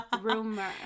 Rumor